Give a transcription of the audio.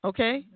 Okay